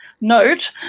note